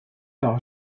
par